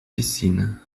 piscina